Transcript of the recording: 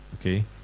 Okay